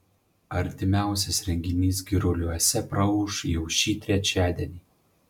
artimiausias renginys giruliuose praūš jau šį trečiadienį